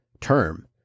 term